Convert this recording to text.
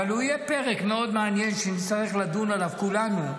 אבל הוא יהיה פרק מאוד מעניין שנצטרך לדון עליו כולנו.